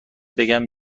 بگم